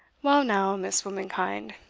well, now, miss womankind,